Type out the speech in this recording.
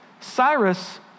Cyrus